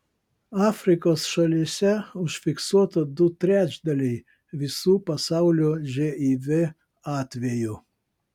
afrikos šalyse užfiksuota du trečdaliai visų pasaulio živ atvejų